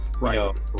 Right